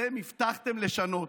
אתם הבטחתם לשנות,